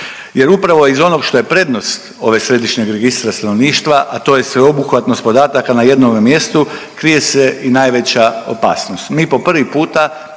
Jer upravo iz onog što je prednost ovog središnjeg registra stanovništva, a to je sveobuhvatnost podataka na jednome mjestu, krije se i najveća opasnost.